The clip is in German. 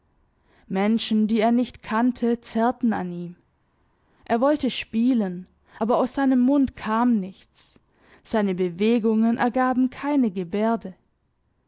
menschen die er nicht kannte zerrten an ihm er wollte spielen aber aus seinem mund kam nichts seine bewegungen ergaben keine gebärde